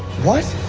what?